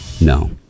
No